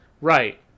right